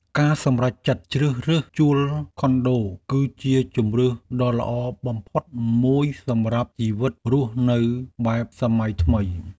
ការសម្រេចចិត្តជ្រើសរើសជួលខុនដូ គឺជាជម្រើសដ៏ល្អបំផុតមួយសម្រាប់ជីវិតរស់នៅបែបសម័យថ្មី។